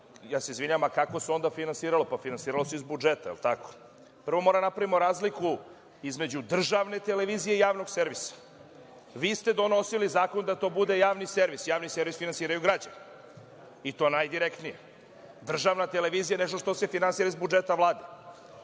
Ja se izvinjavam, a kako se onda finansiralo? Pa, finansiralo se iz budžeta. Prvo, moramo da napravimo razliku između državne televizije i javnog servisa. Vi ste donosili zakon da to bude javni servis. Javni servis finansiraju građani i to najdirektnije. Državna televizija je nešto što se finansira iz budžeta Vlade. Nemam